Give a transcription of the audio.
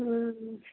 हूँ